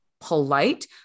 polite